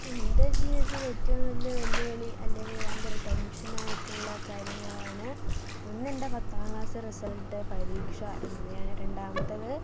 എൻ്റെ ജീവിതത്തിൽ ഏറ്റവും വലിയ വെല്ലുവിളി അല്ലെങ്കിൽ ഭയങ്കര ടെൻഷൻ ആയിട്ടുള്ള കാര്യങ്ങളാണ് ഒന്ന് എൻ്റെ പത്താം ക്ലാസ് റിസൾട്ട് പരീക്ഷ എന്നിവ ആണ് രണ്ടാമത്തത്